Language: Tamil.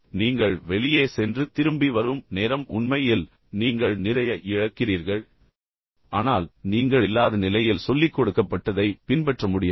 நீங்கள் வெளியே சென்று திரும்பி வரும் நேரம் உண்மையில் நீங்கள் நிறைய இழக்கிறீர்கள் ஆனால் நீங்கள் இல்லாத நிலையில் சொல்லிக்கொடுக்கப்பட்டதை பின்பற்ற முடியாது